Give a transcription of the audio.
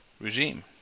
regime